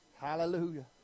Hallelujah